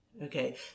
Okay